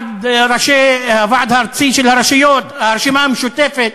הוועד הארצי של הרשויות, הרשימה המשותפת.